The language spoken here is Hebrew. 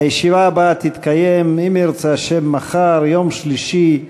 הישיבה הבאה תתקיים, אם ירצה השם, מחר, יום שלישי,